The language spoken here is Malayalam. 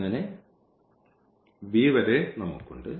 അങ്ങനെ v വരെ നമുക്ക് ഉണ്ട്